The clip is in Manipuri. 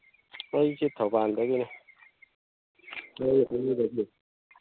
ꯑꯩꯁꯦ ꯊꯧꯕꯥꯜꯗꯒꯤꯅꯦ